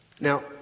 Now